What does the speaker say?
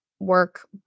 work